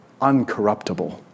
uncorruptible